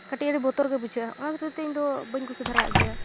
ᱠᱟᱹᱴᱤᱡ ᱟᱹᱰᱤ ᱵᱚᱛᱚᱨ ᱜᱮ ᱵᱩᱡᱷᱟᱹᱜᱼᱟ ᱚᱱᱟ ᱠᱷᱟᱹᱛᱤᱨᱛᱮ ᱤᱧᱫᱚ ᱵᱟᱹᱧ ᱠᱩᱥᱤ ᱫᱷᱟᱨᱟᱣᱟᱜ ᱜᱮᱭᱟ